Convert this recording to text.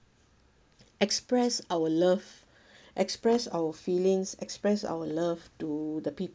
express our love express our feelings express our love to the people